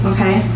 Okay